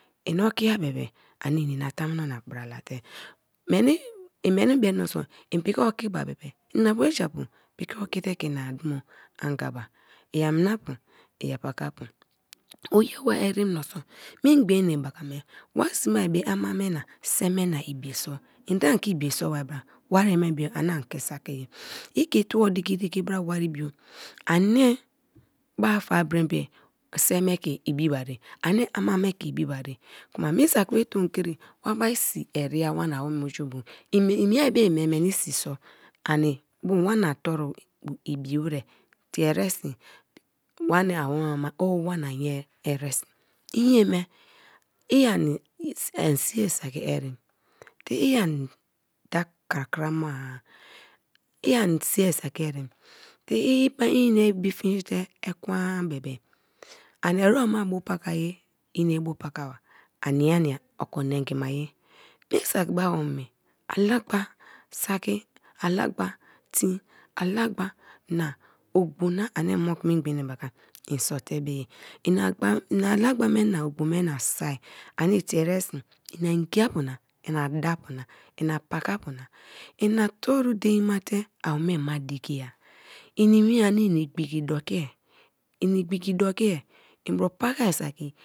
Iniokia bebe ani ine na tamuno na tamuno na bra late meni imeni be menso ipiki oki ma bebe ina bue japu piki oki te ke ina dumo angaba iya minapu iya paka pu oyewa ere meniso mingba eneba kame wa sme be ama me na se me nabi so ende keibie so bari bra? Wari be bio an ke saki ye ike ikie tuo diki diki bra ani bafabrenbe seme ke ibi barii ani ama me me ke ibi barii kuma me saki be tomkri wa bia si era wuna awome oju bu, in iimie be ye me meni sii so ani bu wanii turo ibi wra tie eresi wani awoma o wana ye eresi inye me i ani sii saki erem te ani da kra kra maa i ani sii saki erem te i ani da kra kra ma a i ani sii saki erem te ine bu finjinte ekwen bebe ani erem ma bu pakaye ine ibu pakaba ania nia oko nengi maye me saki be awome alagba saki alagba tee alagba na ogbona ani moku mingba enebaka in sote bu-ye ani alagba me na ogbo mee na so ani tie eresi ina ngia pu na ina daapuna ina ba kaapuna ina turo dein mate a wome ma dikia inimiye an in igbiki dokia iniigbiki dokia i bro paka saki.